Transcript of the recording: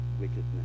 wickedness